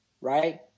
Right